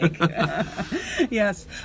Yes